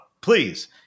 please